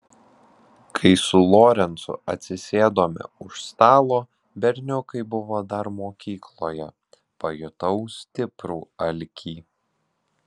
kai su lorencu atsisėdome už stalo berniukai buvo dar mokykloje pajutau stiprų alkį